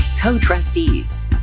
Co-Trustees